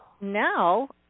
now